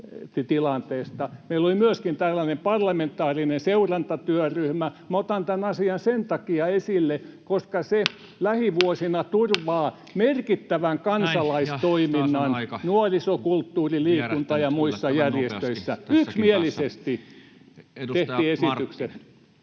Meillä myöskin oli tällainen parlamentaarinen seurantatyöryhmä. Minä otan tämän asian sen takia esille, koska se lähivuosina turvaa merkittävän kansalaistoiminnan nuoriso‑, kulttuuri‑, liikunta‑ ja muissa järjestöissä. [Puhemies: Ja taas on aika